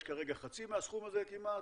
יש כרגע חצי מהסכום הזה כמעט,